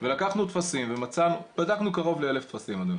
ולקחנו טפסים ובדקנו קרוב ל-1,000 טפסים, אדוני.